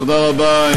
תודה רבה,